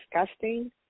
disgusting